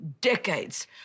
decades